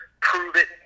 prove-it